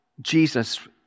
Jesus